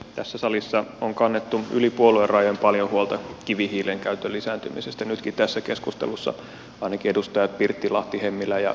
tässä salissa on kannettu yli puoluerajojen paljon huolta kivihiilen käytön lisääntymisestä nytkin tässä keskustelussa ainakin edustajat pirttilahti hemmilä ja pekkarinen